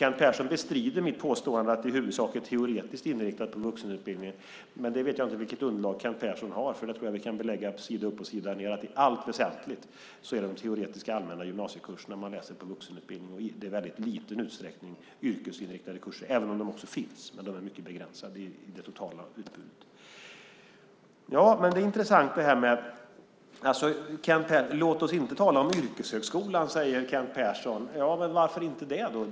Kent Persson bestrider mitt påstående att vuxenutbildningarna i huvudsak är teoretiskt inriktade. Men jag vet inte vilket underlag som Kent Persson har. Jag tror att vi på sida upp och sida ned kan belägga att det i allt väsentligt är de teoretiska allmänna gymnasiekurserna som man läser på vuxenutbildningen och att det i väldigt liten utsträckning är yrkesinriktade kurser, även om de finns. Men de yrkesinriktade kurserna utgör en mycket begränsad andel av det totala utbudet. Låt oss inte tala om yrkeshögskolan, säger Kent Persson. Varför ska vi inte göra det?